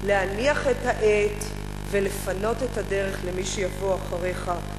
להניח את העט ולפנות את הדרך למי שיבוא אחריך.